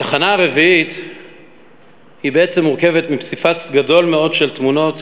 התחנה הרביעית בעצם מורכבת מפסיפס גדול מאוד של תמונות,